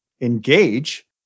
engage